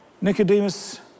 Nicodemus